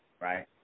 right